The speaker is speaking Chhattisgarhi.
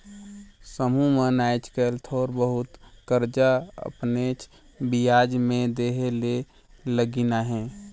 समुह मन आएज काएल थोर बहुत करजा अपनेच बियाज में देहे ले लगिन अहें